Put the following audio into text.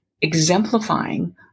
exemplifying